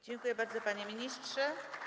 Dziękuję bardzo, panie ministrze.